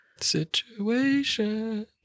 Situation